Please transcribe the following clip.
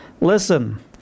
Listen